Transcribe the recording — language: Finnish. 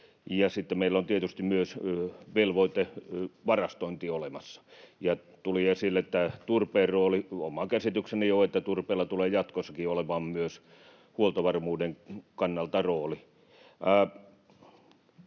meillä on tietysti myös velvoitevarastointi olemassa. Ja tuli esille tämä turpeen rooli: oma käsitykseni on, että turpeella tulee jatkossakin olemaan myös huoltovarmuuden kannalta rooli.